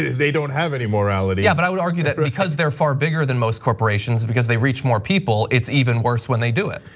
they don't have any morality. yeah but i would argue that because they're far bigger than most corporations. because they reach more people it's even worse when they do it.